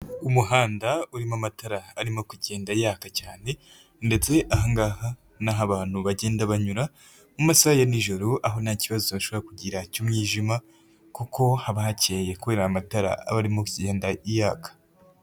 Umuhanda urimo amatara arimo kugenda yaka cyane, ndetse aha ni aho abantu bagenda banyura, mu masaha ya nijoro aho nta kibazo bashobora kugira cy'umwijima, kuko haba hakeye kubera amatara aba arimo kugenda yaka.